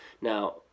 Now